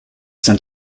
sent